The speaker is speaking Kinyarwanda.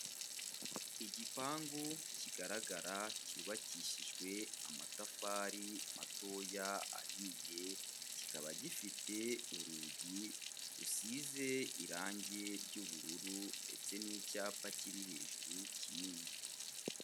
Igipangu kigaragara cyubakishijwe amatafari matoya ahiye, kikaba gifite urugi rusize irangi ry'ubururu ndetse n'icyapa kiri hejuru kinini.